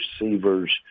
receiver's